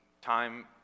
time